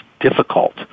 difficult